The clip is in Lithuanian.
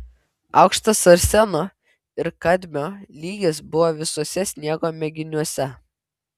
aukštas arseno ir kadmio lygis buvo visuose sniego mėginiuose